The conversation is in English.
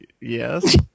Yes